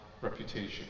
reputation